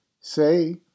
Say